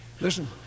Listen